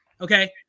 Okay